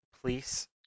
Police